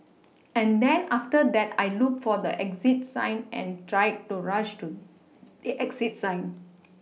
and then after that I looked for the exit sign and tried to rush to the exit sign